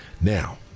Now